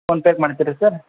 phone ಪೇಗೆ ಮಾಡ್ತೀರಿ sir